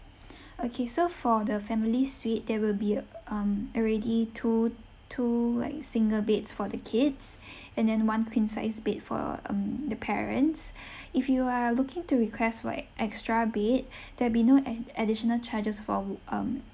okay so for the family suite there will be um already two two like single beds for the kids and then one queen-sized bed for um the parents if you are looking to request for ex~ extra bed there'll be no add~ additional charges for um